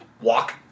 walk